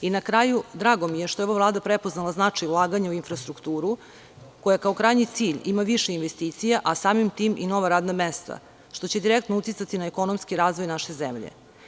I na kraju, drago mi je što je ova Vlada prepoznala značaj ulaganja u infrastrukturu koja kao krajnji cilj ima više investicija a samim tim i nova radna mesta, što će direktno uticati na ekonomski razvoj naše zemlje.